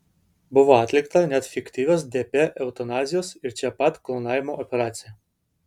buvo atlikta net fiktyvios dp eutanazijos ir čia pat klonavimo operacija